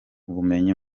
bumenyi